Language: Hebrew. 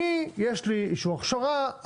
יש לי אישור הכשרה,